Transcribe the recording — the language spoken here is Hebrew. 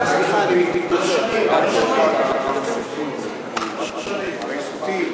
אם תדבר זו כבר תהיה, אנחנו נעשה הצבעה.